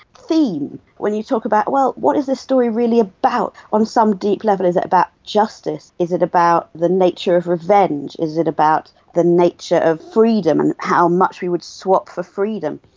theme, when you talk about, well, what is this story really about? on some deep level is it about justice, is it about the nature of revenge, is it about the nature of freedom and how much we would swap for freedom?